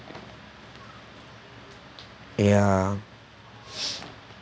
ya